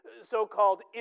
so-called